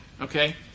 Okay